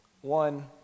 One